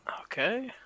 Okay